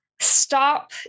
stop